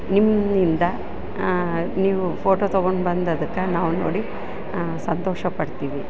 ನಿಮ್ಮಿಂದ ನೀವು ಫೋಟೋ ತೊಗೊಂಡು ಬಂದದಕ್ಕ ನಾವು ನೋಡಿ ಸಂತೋಷ ಪಡ್ತೀವಿ